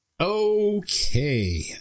Okay